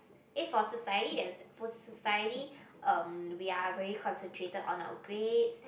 eh for society them for society um we are very concentrated on our grades